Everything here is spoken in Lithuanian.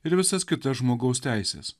ir visas kitas žmogaus teises